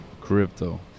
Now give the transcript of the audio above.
crypto